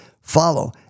follow